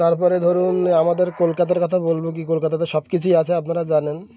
তারপরে ধরুন আমাদের কলকাতার কথা বলবো কি কলকাতা তো সব কিছুই আছে আপনারা জানেন